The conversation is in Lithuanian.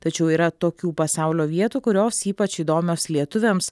tačiau yra tokių pasaulio vietų kurios ypač įdomios lietuviams